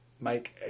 make